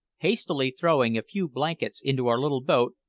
hastily throwing a few blankets into our little boat,